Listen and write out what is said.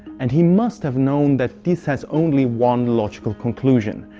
and he must have known that this has only one logical cnclusion.